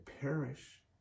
perish